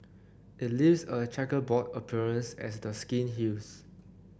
it leaves a chequerboard appearance as the skin heals